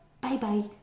Bye-bye